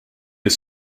lis